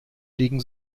liegen